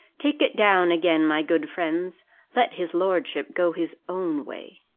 take it down again, my good friends let his lordship go his own way.